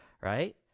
right